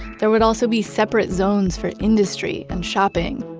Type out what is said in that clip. there would also be separate zones for industry and shopping.